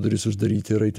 duris uždaryti ir aiti